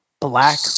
black